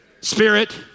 Spirit